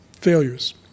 failures